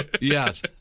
Yes